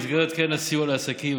במסגרת קרן הסיוע לעסקים,